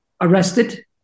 arrested